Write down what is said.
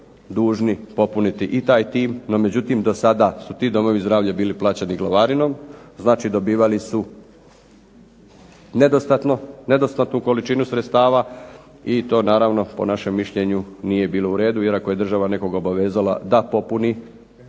dužni popuniti i taj tim. No međutim, do sada su ti domovi zdravlja bili plaćeni glavarinom, znači dobivali su nedostatnu količinu sredstava i to naravno po našem mišljenju nije bilo u redu, jer ako je država nekog obavezala da popuni